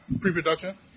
pre-production